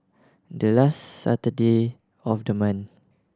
the last Saturday of the month